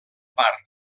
part